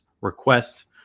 request